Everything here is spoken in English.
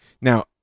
Now